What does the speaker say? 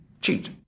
cheat